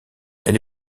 elle